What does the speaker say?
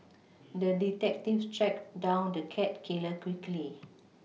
the detective tracked down the cat killer quickly